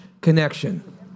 connection